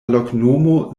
loknomo